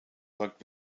worked